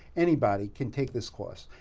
anybody can take this course.